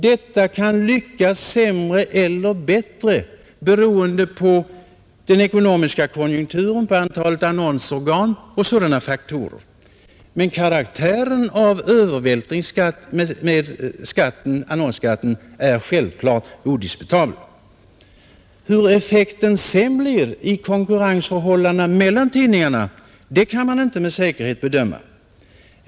Detta kan lyckas sämre eller bättre, beroende på den ekonomiska konjunkturen, antalet annonsorgan och sådana faktorer, men karaktären av övervältringsskatt är odiskutabel. Hur effekten sedan blir på konkurrensförhållandena mellan tidningarna kan man inte med säkerhet bedöma.